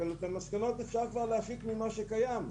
אבל את המסקנות אפשר כבר להפיק ממה שקיים.